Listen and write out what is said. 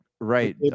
Right